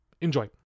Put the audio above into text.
Enjoy